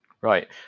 right